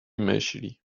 myśli